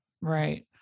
Right